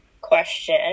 question